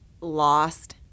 lost